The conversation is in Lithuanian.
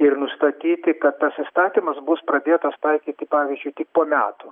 ir nustatyti kad tas įstatymas bus pradėtas taikyti pavyzdžiui tik po metų